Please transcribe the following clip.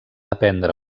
aprendre